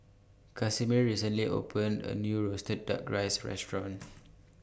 Casimir recently opened A New Roasted Duck Rice Restaurant